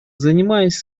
занимаясь